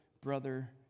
brother